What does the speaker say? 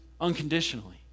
unconditionally